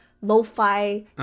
lo-fi